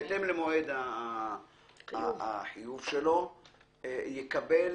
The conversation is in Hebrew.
בסמוך למועד החיוב יקבל